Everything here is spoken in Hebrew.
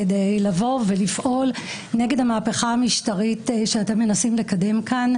כדי לבוא ולפעול נגד המהפכה המשטרית שאתם מנסים לקדם כאן.